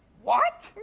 what?